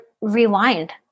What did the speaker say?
rewind